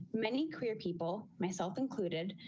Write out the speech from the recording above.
many queer people, myself included,